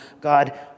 God